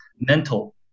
mental